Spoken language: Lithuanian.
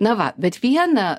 na va bet vieną